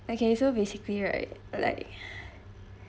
okay so basically right like